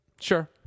Sure